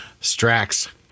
strax